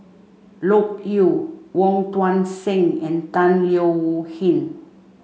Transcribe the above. Loke Yew Wong Tuang Seng and Tan Leo Wee Hin